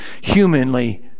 humanly